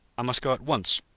i must go at once.